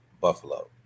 Buffalo